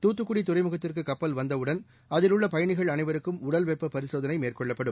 தூத்துக்குடி துறைமுகத்திற்கு கப்பல் வந்தவுடன் அதில் உள்ள பயணிகள் அனைவருக்கும் உடல் வெப்ப பரிசோதனை மேற்கொள்ளப்படும்